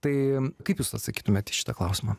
tai kaip jūs atsakytumėt į šitą klausimą